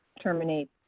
terminate